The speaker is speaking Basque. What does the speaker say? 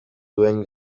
duen